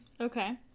okay